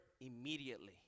immediately